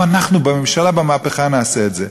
לא, אנחנו בממשלה, במהפכה, נעשה את זה.